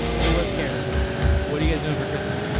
it was careless whisper, yeah. what are you guys doin' for christmas?